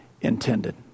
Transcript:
intended